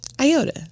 iota